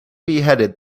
beheaded